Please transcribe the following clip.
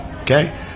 okay